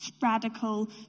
radical